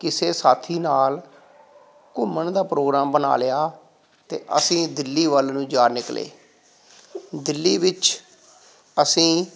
ਕਿਸੇ ਸਾਥੀ ਨਾਲ ਘੁੰਮਣ ਦਾ ਪ੍ਰੋਗਰਾਮ ਬਣਾ ਲਿਆ ਅਤੇ ਅਸੀਂ ਦਿੱਲੀ ਵੱਲ ਨੂੰ ਜਾ ਨਿਕਲੇ ਦਿੱਲੀ ਵਿੱਚ ਅਸੀਂ